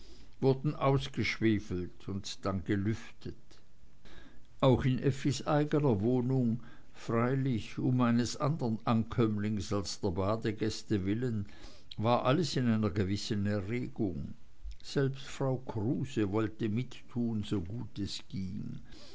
wurden ausgeschwefelt und dann gelüftet auch in effis eigener wohnung freilich um eines anderen ankömmlings als der badegäste willen war alles in einer gewissen erregung selbst frau kruse wollte mittun so gut es ging